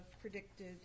predicted